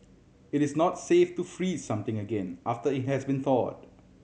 it is not safe to freeze something again after it has been thawed